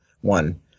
one